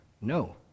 No